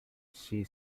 she